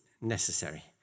necessary